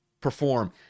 perform